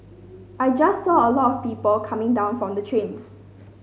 I just saw a lot of people coming down from the trains